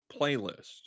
playlist